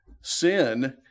sin